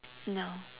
no